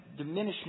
diminishment